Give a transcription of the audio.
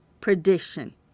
perdition